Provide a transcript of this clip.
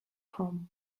from